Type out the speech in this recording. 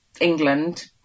England